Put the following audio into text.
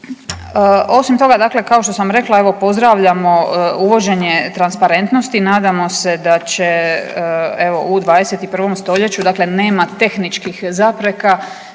Osim toga, dakle kao što sam rekla pozdravljamo uvođenje transparentnosti, nadamo se da će evo u 21. stoljeću dakle nema tehničkih zapreka